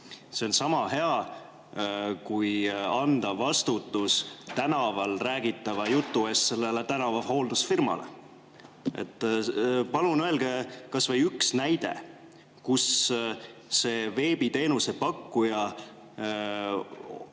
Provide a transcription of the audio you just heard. see on sama hea, kui panna vastutus tänaval räägitava jutu eest selle tänava hooldusfirmale. Palun öelge kas või üks näide, kus see veebiteenuse pakkuja